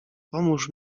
pomóż